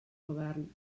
govern